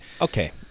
Okay